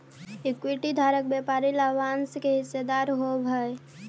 equity धारक व्यापारिक लाभांश के हिस्सेदार होवऽ हइ